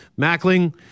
Mackling